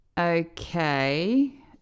Okay